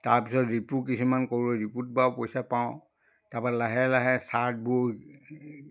তাৰপিছত ৰিপু কিছুমান কৰোঁ ৰিপুত বাৰু পইচা পাওঁ তাপা লাহে লাহে চাৰ্টবোৰ